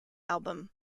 album